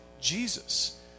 Jesus